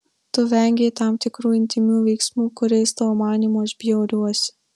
tu vengei tam tikrų intymių veiksmų kuriais tavo manymu aš bjauriuosi